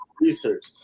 research